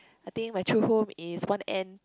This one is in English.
I think my true home is one end